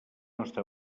està